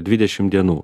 dvidešim dienų